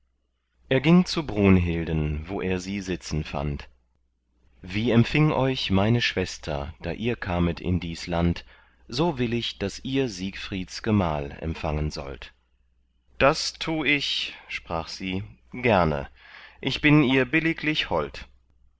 er ging zu brunhilden wo er sie sitzen fand wie empfing euch meine schwester da ihr kamet in dies land so will ich daß ihr siegfrieds gemahl empfangen sollt das tu ich sprach sie gerne ich bin ihr billiglich hold